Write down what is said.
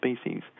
species